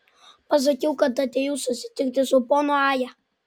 pasakiau kad atėjau susitikti su ponu aja